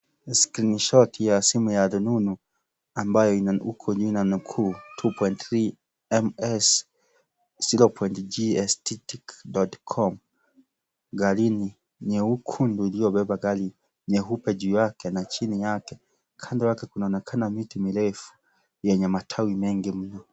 Skrinishoti ya simu ya rununu ambayo imeandikwa huko juu na nukuu 2.3M/s 0.gstatic.com. Garini nyekundu iliobeba gari nyeupe chini yake na juu yake, kando yake kunaonekana miti mirefu yenye matawi mengi mno.